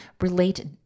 relate